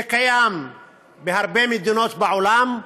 זה קיים בהרבה מדינות בעולם.